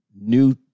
new